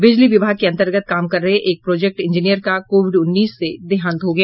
बिजली विभाग के अंतर्गत काम कर रहे एक प्रोजेक्ट इंजीनियर का कोविड उन्नीस से देहांत हो गया